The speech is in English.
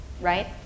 right